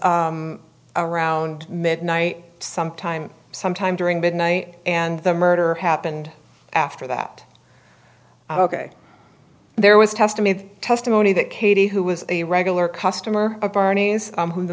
around midnight sometime sometime during that night and the murder happened after that ok there was testimony testimony that katie who was a regular customer of barney's who the